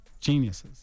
geniuses